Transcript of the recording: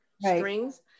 strings